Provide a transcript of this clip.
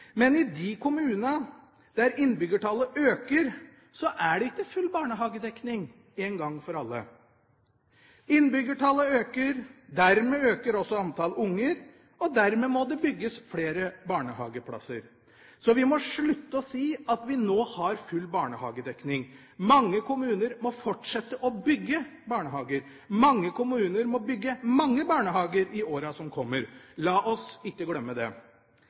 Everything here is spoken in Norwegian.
Men i de kommunene der innbyggertallet øker, er det ikke full barnehagedekning – en gang for alle. Innbyggertallet øker, dermed øker også antall unger, og dermed må det bygges flere barnehageplasser. Så vi må slutte å si at vi nå har full barnehagedekning. Mange kommuner må fortsette å bygge barnehager. Mange kommuner må bygge mange barnehager i årene som kommer. La oss ikke glemme det.